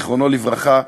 זיכרונו לברכה,